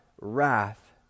wrath